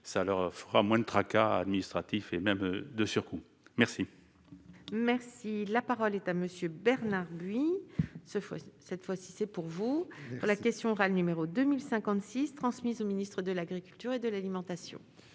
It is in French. ça leur fera moins de tracas administratifs et même de surcoût merci. Merci, la parole est à monsieur Bernard buis ce cette fois-ci c'est pour vous la question orale, numéro 2 1056 transmise au ministre de l'Agriculture et de l'alimentation.